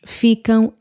ficam